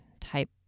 type